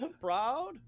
Proud